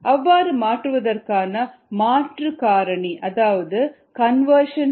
அவ்வாறு மாற்றுவதற்கான மாற்று காரணி அதாவது கன்வர்ஷன் ஃபேக்டர் 2